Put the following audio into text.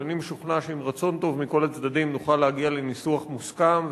אבל אני משוכנע שעם רצון טוב מכל הצדדים נוכל להגיע לניסוח מוסכם,